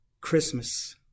Christmas